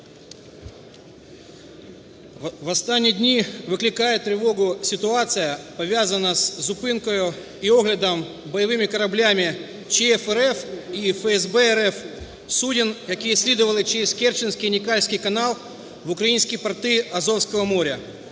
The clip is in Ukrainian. В останні дні викликає тривогу ситуація, пов'язана із зупинкою і оглядом бойовими кораблями ЧФ РФ і ФСБ РФ суден, які слідували через Керч-Єнікальський канал в українські порти Азовського моря.